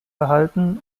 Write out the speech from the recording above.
erhalten